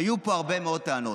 היו פה הרבה מאוד טענות".